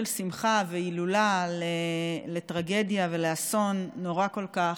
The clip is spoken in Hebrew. שמחה והילולה לטרגדיה ולאסון נורא כל כך,